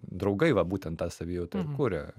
draugai va būtent tą savijautą kuria